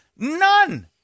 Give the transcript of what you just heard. None